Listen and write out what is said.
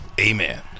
Amen